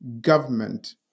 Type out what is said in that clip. government